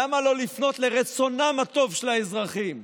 למה לא לפנות לרצונם הטוב של האזרחים,